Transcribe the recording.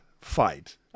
fight